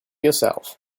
yourself